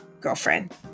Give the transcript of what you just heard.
girlfriend